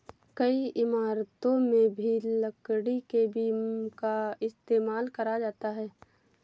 कई इमारतों में भी लकड़ी के बीम का इस्तेमाल करा जाता है